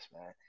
man